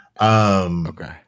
Okay